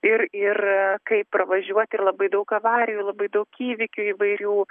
ir ir kaip pravažiuoti ir labai daug avarijų labai daug įvykių įvairių